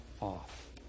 off